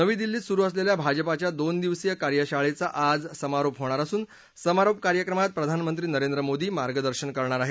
नवी दिल्लीमध्ये सुरू असलेल्या भाजपाच्या दोन दिवसीय कार्यशाळेचा आज समारोप होणार असून समारोप कार्यक्रमात प्रधाननंत्री नरेंद्र मोदी मार्गदर्शन करणार आहेत